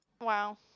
Wow